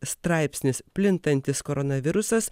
straipsnis plintantis koronavirusas